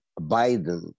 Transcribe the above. Biden